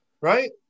Right